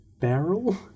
barrel